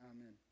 Amen